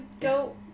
go